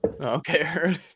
Okay